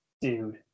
dude